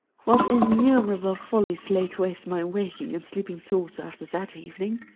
what innumerable follies laid waste my waking and sleeping thoughts after that evening!